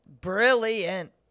Brilliant